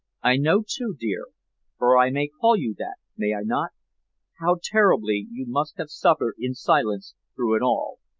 i know, too, dear for i may call you that, may i not how terribly you must have suffered in silence through it all.